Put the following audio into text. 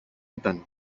ήταν